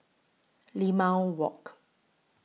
Limau Walk